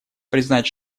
признать